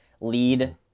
lead –